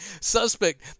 suspect